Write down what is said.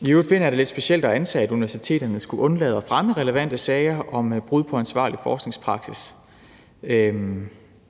I øvrigt finder jeg det lidt specielt at antage, at universiteterne skulle undlade at fremme relevante sager om brud på ansvarlig forskningspraksis.